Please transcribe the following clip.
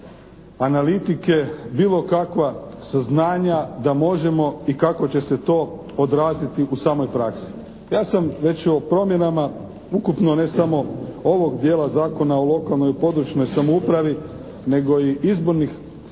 analitike, bilo kakva saznanja da možemo i kako će se to odraziti u samoj praksi. Ja sam već i o promjenama ukupno ne samo ovog dijela Zakona o lokalnoj i područnoj samoupravi nego i izbornih